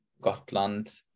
Gotland